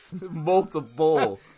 Multiple